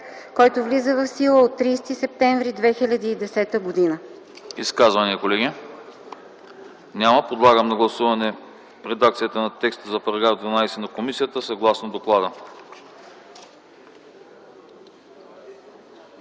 който влиза в сила от 30 септември 2010 г.”